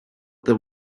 there